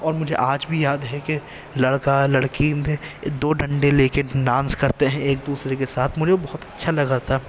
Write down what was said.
اور مجھے آج بھی یاد ہے کہ لڑکا لڑکی دو ڈنڈے لے کے ڈانس کرتے ہیں ایک دوسرے کے ساتھ مجھے وہ بہت اچھا لگا تھا